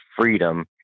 freedom